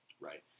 Right